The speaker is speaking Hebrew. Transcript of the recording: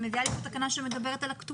את מביאה לי כאן תקנה שמדברת על הכתומות